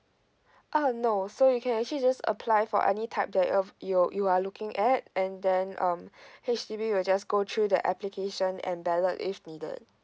uh no so you can actually just apply for any type that uh you you are looking at and then um H_D_B will just go through the application and ballot if needed